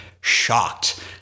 shocked